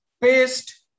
paste